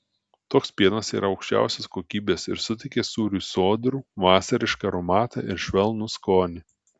toks pienas yra aukščiausios kokybės ir suteikia sūriui sodrų vasarišką aromatą ir švelnų skonį